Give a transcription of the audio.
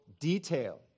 detail